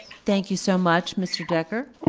thank you so much, mr. decker.